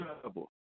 trouble